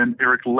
Eric